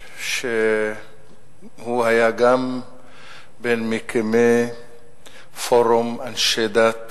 הוא היה גם בין מקימי פורום אנשי דת